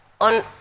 On